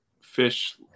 fish